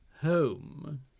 home